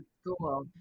school